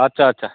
আচ্ছা আচ্ছা